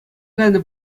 кайнӑ